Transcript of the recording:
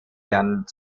dann